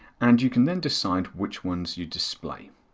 and you can then decide which ones you display.